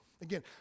Again